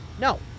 No